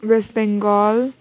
West Bengal